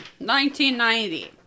1990